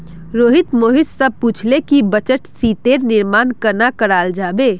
रोहित मोहित स पूछले कि बचत शीटेर निर्माण कन्ना कराल जाबे